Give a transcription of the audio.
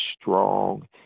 strong